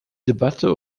debatte